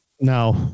No